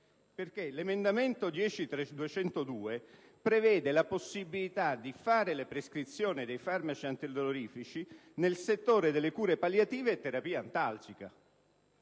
identici. L'emendamento 10.202 prevede la possibilità di fare le prescrizioni dei farmaci antidolorifici nel settore delle cure palliative e della terapia antalgica.